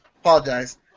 Apologize